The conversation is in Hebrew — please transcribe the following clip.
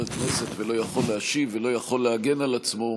כנסת ולא יכול להשיב ולא יכול להגן על עצמו,